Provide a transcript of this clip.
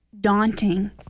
daunting